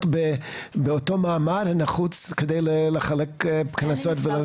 באותו מעמד הנחוץ כדי לחלק קנסות?